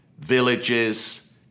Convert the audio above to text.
villages